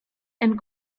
and